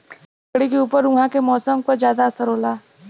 लकड़ी के ऊपर उहाँ के मौसम क जादा असर होला